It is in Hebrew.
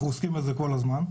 אנחנו עוסקים בזה כל הזמן.